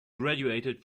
graduated